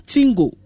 Tingo